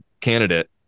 candidate